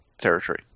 territory